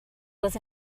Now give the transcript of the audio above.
was